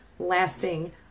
lasting